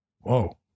whoa